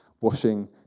Washing